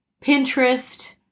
Pinterest